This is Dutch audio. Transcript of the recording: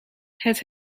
het